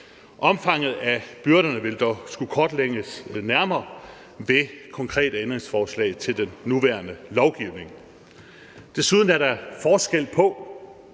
Omfanget af byrderne vil dog skulle kortlægges nærmere, end det gøres i det konkrete ændringsforslag til den nuværende lovgivning. Desuden er der forskel på,